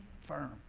firm